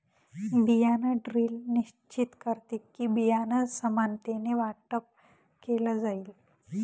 बियाण ड्रिल निश्चित करते कि, बियाणं समानतेने वाटप केलं जाईल